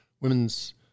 women's